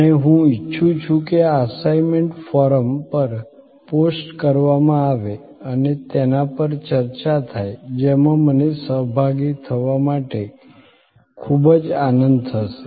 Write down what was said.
અને હું ઈચ્છું છું કે આ અસાઇનમેન્ટ ફોરમ પર પોસ્ટ કરવામાં આવે અને તેના પર ચર્ચા થાય જેમાં મને સહભાગી થવા માટે ખૂબ જ આનંદ થશે